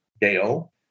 Dale